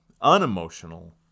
unemotional